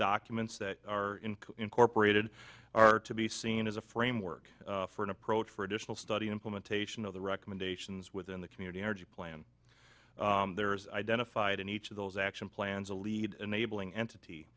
documents that are incorporated are to be seen as a framework for an approach for additional study implementation of the recommendations within the community energy plan there is identified in each of those action plans a lead enabling entity